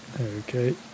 Okay